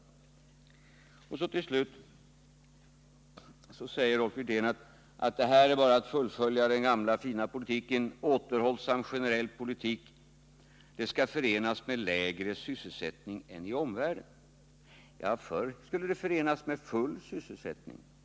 Till sist: Rolf Wirtén säger att regeringens förslag till åtgärder innebär att man fullföljer den gamla fina politiken, dvs. en återhållsam generell politik som skall kunna förenas med en lägre arbetslöshet än den man har i omvärlden. Förr skulle den politiken förenas med full sysselsättning, Rolf Wirtén.